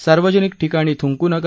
सार्वजनिक ठिकाणी थुंकू नका